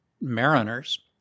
mariners